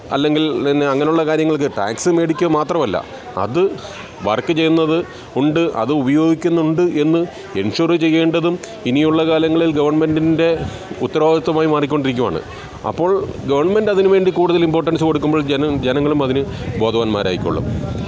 അല്ലെങ്കിൽ അങ്ങനെയുള്ള കാര്യങ്ങൾക്ക് ടാക്സ് മേടിക്കുക മാത്രമല്ല അത് വർക്ക് ചെയ്യുന്നത് ഉണ്ട് അത് ഉപയോഗിക്കുന്നുണ്ട് എന്ന് എൻഷുവർ ചെയ്യേണ്ടതും ഇനിയുള്ള കാലങ്ങളിൽ ഗവൺമെൻ്റിൻ്റെ ഉത്തരവാദിത്വമായി മാറിക്കൊണ്ടിരിക്കുകയാണ് അപ്പോൾ ഗവൺമെൻ്റ് അതിനുവേണ്ടി കൂടുതൽ ഇംപോർട്ടൻസ് കൊടുക്കുമ്പോൾ ജനങ്ങളും അതിന് ബോധവാന്മാരായിക്കോളും